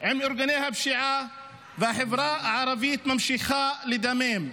עם ארגוני הפשיעה, והחברה הערבית ממשיכה לדמם.